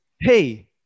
Hey